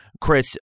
Chris